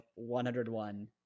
101